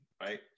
right